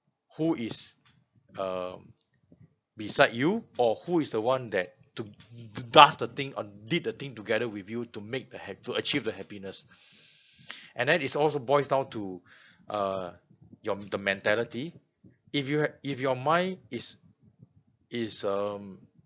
who is um beside you or who is the one that to to does the thing or did the thing together with you to make the ha~ to achieve the happiness and that is all boils down to uh your m~ the mentality if you ha~ if your mind is is um